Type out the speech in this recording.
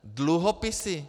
Dluhopisy?